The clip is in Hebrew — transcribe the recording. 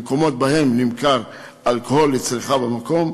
במקומות שבהם נמכר אלכוהול לצריכה במקום,